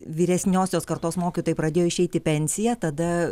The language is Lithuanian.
vyresniosios kartos mokytojai pradėjo išeiti į pensiją tada